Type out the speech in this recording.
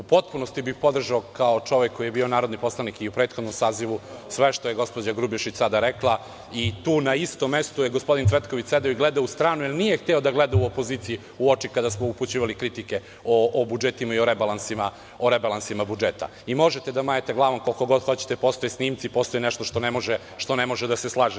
U potpunosti bih podržao kao čovek koji je bio narodni poslanik u prethodnom sazivu sve što je gospođa Grubješić sada rekla i tu na istom mestu je gospodin Cvetković sedeo i gledao u stranu, nije hteo da gleda u opoziciju kada smo mu mi upućivali kritike o budžetima i rebalansima budžeta i možete da mašete sa glavom koliko god hoćete, postoje snimci, postoji nešto što ne može da se slaže.